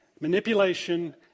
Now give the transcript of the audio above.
manipulation